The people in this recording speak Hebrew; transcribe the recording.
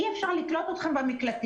אי אפשר לקלוט אתכם במקלטים.